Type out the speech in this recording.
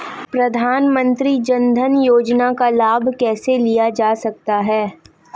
प्रधानमंत्री जनधन योजना का लाभ कैसे लिया जा सकता है?